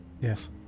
yes